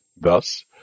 Thus